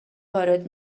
وارد